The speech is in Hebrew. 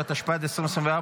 התשפ"ד 2024,